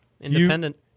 Independent